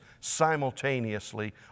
simultaneously